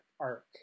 arc